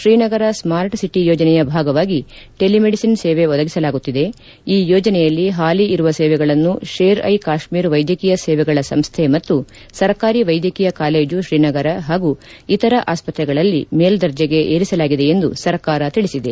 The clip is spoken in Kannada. ಶ್ರೀನಗರ ಸ್ನಾರ್ಟ್ ಸಿಟಿ ಯೋಜನೆಯ ಭಾಗವಾಗಿ ಯೋಜನೆಯಲ್ಲಿ ಹಾಲಿ ಇರುವ ಸೇವೆಗಳನ್ನು ಷೇರ್ ಐ ಕಾಶ್ಮೀರ್ ವೈದ್ಯಕೀಯ ಸೇವೆಗಳ ಸಂಸ್ಥೆ ಮತ್ತು ಸರ್ಕಾರಿ ವೈದ್ಯಕೀಯ ಕಾಲೇಜು ಶ್ರೀನಗರ ಹಾಗೂ ಇತರ ಆಸ್ಪತ್ತೆಗಳಲ್ಲಿ ಮೇಲ್ದರ್ಜೆಗೆ ಏರಿಸಲಾಗಿದೆ ಎಂದು ಸರ್ಕಾರ ತಿಳಿಸಿದೆ